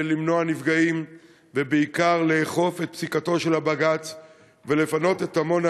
למנוע נפגעים ובעיקר לאכוף את פסיקתו של בג"ץ ולפנות את עמונה,